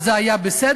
אז זה היה בסדר?